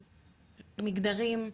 מגדרים,